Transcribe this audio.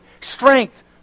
strength